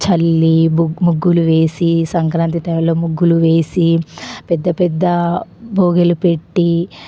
చల్లి ముగ్గులు వేసి సంక్రాంతి టైములో ముగ్గులు వేసి పెద్ద పెద్ద భోగీలు పెట్టి